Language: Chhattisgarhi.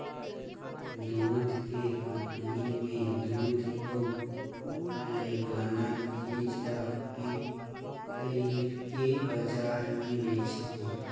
दूद के कंपनी में दूद अउ ओखर ले बनल चीज ल पेक कइरके बजार में बेचथे